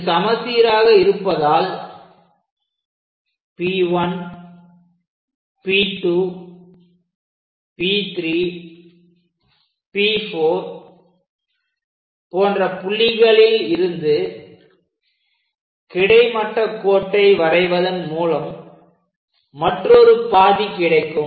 இது சமச் சீராக இருப்பதால் P1P2P3P4 போன்ற புள்ளிகளில் இருந்து கிடைமட்ட கோட்டை வரைவதன் மூலம் மற்றொரு பாதி கிடைக்கும்